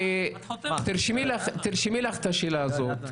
תרשמי לך את השאלה הזאת.